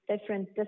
different